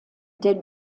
der